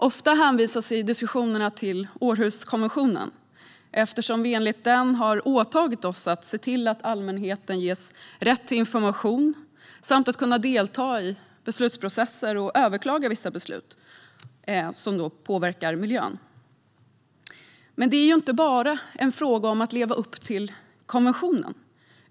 Ofta hänvisas i diskussionerna till Århuskonventionen. Enligt den har vi åtagit oss att se till att allmänheten ges rätt till information samt att delta i beslutsprocesser och överklaga vissa beslut som påverkar miljön. Men det är inte bara en fråga om att leva upp till konventionen.